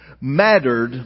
mattered